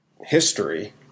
history